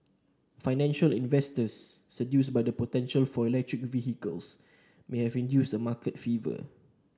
financial investors seduced by the potential for electric vehicles may have induced a market fever